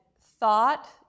thought